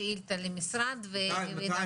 שאילתא למשרד ונעקוב אחרי זה.